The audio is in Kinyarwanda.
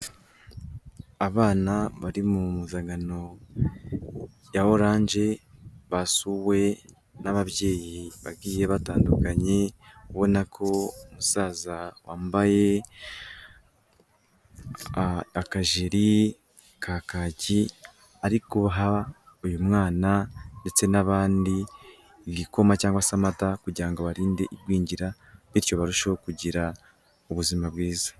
Abana bari mu muzangano ya oranje, basuwe n'ababyeyi bagiye batandukanye, ubona ko umusaza wambaye akajiri ka kaki ari guha uyu mwana ndetse n'abandi igikoma cyangwa se amata kugira ngo abarinde igwingira bityo barusheho kugira ubuzima bwiza.